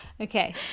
Okay